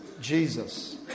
Jesus